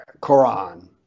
Quran